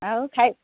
ଆଉ ଖାଇ